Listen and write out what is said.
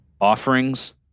offerings